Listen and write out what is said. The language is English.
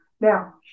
Now